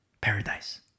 Paradise